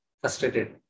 frustrated